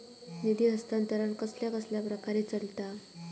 निधी हस्तांतरण कसल्या कसल्या प्रकारे चलता?